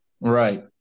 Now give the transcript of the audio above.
Right